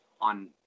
on